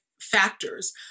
factors